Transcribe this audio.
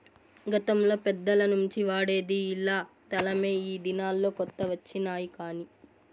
గతంలో పెద్దల నుంచి వాడేది ఇలా తలమే ఈ దినాల్లో కొత్త వచ్చినాయి కానీ